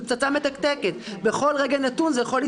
זה פצצה מתקתקת שיכולה להתפוצץ בכל רגע נתון.